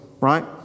Right